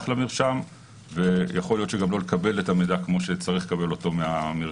למרשם ויכול להיות שגם לא לקבל את המידע כמו שצריך לקבל אותו מהמרשם,